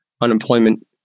unemployment